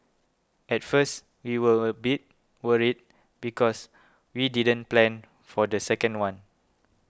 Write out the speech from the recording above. at first we were a bit worried because we didn't plan for the second one